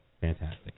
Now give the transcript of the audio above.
Fantastic